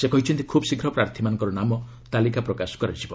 ସେ କହିଛନ୍ତି ଖ୍ରବ୍ଶୀଘ୍ର ପ୍ରାର୍ଥୀମାନଙ୍କର ନାମ ତାଲିକା ପ୍ରକାଶ କରାଯିବ